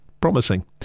promising